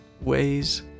ways